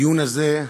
הדיון הזה,